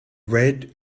red